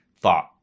thought